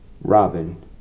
Robin